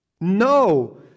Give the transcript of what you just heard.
No